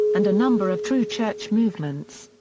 and a number of true church movements.